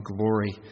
glory